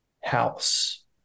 house